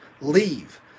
leave